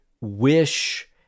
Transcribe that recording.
wish